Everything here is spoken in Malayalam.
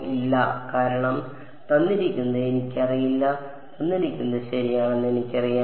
ഇല്ല കാരണം എനിക്കറിയില്ല ശരിയാണെന്ന് എനിക്കറിയാം